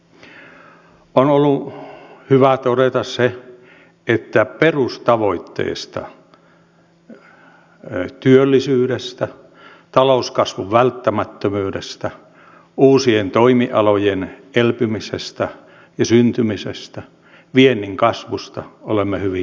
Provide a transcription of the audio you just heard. on ollut hyvä todeta se että perustavoitteista työllisyydestä talouskasvun välttämättömyydestä uusien toimialojen elpymisestä ja syntymisestä viennin kasvusta olemme hyvin yksimielisiä